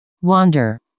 wander